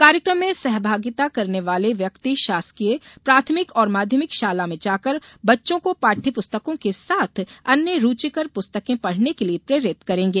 कार्यक्रम में सहभागिता करने वाले व्यक्ति शासकीय प्राथमिक और माध्यमिक शाला में जाकर बच्चों को पाठ्य पुस्तकों के साथ अन्य रुचिकर पुस्तकें पढ़ने के लिये प्रेरित करेंगे